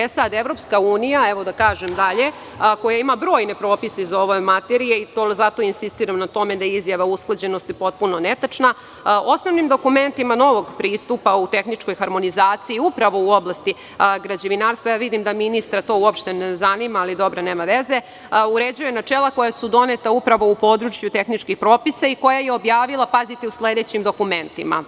E, sad, Evropska Unija, da kažem dalje, koja ima brojne propise iz ove materije i zato insistiram na tome da je izjava usklađenosti potpuno netačna, osnovnim dokumentima novog pristupa u tehničkoj harmonizaciji, upravo u oblasti građevinarstva, vidim da ministra to uopšte ne zanima, ali nema veze, uređuje načela koja su doneta upravo u području tehničkih propisa i koja je objavila u sledećim dokumentima.